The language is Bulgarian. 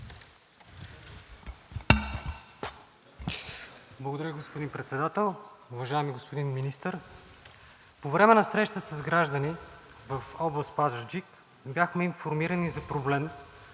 Благодаря, господин Председател. Уважаеми господин Министър, по време на среща с граждани в област Пазарджик бяхме информирани за проблем,